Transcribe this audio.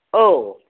औ